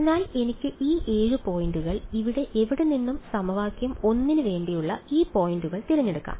അതിനാൽ എനിക്ക് ഈ 7 പോയിന്റുകൾ ഇവിടെ എവിടെനിന്നും സമവാക്യം 1 ന് വേണ്ടിയുള്ള ഈ പോയിന്റുകൾ തിരഞ്ഞെടുക്കാം